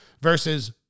versus